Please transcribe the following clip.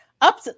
up